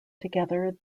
together